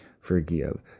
forgive